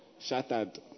shattered